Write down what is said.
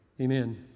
Amen